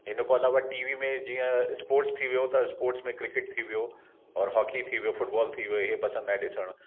हिन खां अलावा टी वी में जीअं स्पोट्स थी वियो त स्पोट्स में क्रिकेट थी वियो और हॉकी थी वियो फुटबॉल थी वियो इहे पसंदि आहे ॾिसण